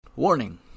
Warning